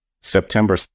September